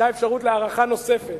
היתה אפשרות להארכה נוספת.